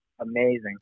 amazing